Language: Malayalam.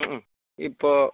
ഇപ്പോൾ